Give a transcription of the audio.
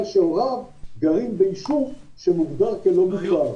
שהוריו גרים ביישוב שמוגדר כלא מוגדר.